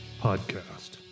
Podcast